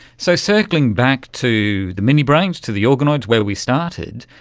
so circling back to the mini brains, to the organoids where we started,